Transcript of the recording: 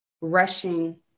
rushing